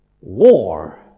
War